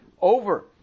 over